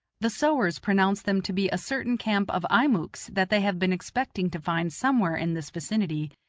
the sowars pronounce them to be a certain camp of einiucks that they have been expecting to find somewhere in this vicinity,